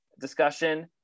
discussion